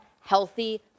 healthy